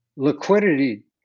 liquidity